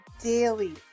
daily